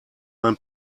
mein